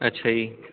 ਅੱਛਾ ਜੀ